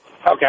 Okay